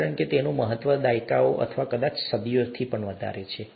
કારણ કે તેનું મહત્વ દાયકાઓ અથવા કદાચ સદીઓથી પણ વધારે છે